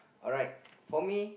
alright for me